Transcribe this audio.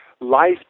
life